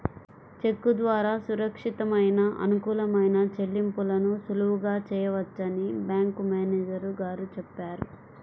చెక్కు ద్వారా సురక్షితమైన, అనుకూలమైన చెల్లింపులను సులువుగా చేయవచ్చని బ్యాంకు మేనేజరు గారు చెప్పారు